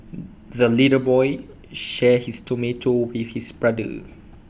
the little boy shared his tomato with his brother